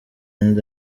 nda